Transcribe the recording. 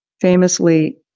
famously